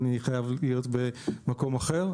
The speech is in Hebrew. אני חייב להיות במקום אחר,